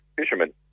fishermen